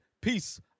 Peace